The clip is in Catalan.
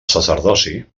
sacerdoci